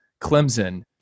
clemson